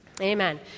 Amen